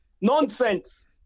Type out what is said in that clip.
Nonsense